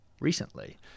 recently